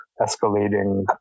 escalating